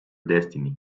destiny